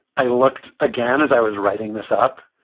i looked again as i was writing this up